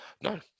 No